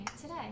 today